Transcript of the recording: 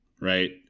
right